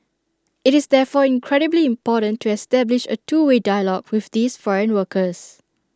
IT is therefore incredibly important to establish A two way dialogue with these foreign workers